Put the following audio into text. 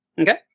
Okay